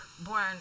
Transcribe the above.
born